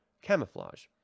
Camouflage